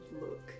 look